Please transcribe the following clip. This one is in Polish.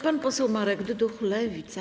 Pan poseł Marek Dyduch, Lewica.